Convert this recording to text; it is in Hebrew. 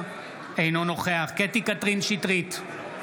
אינו נוכח קטי קטרין שטרית,